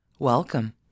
Welcome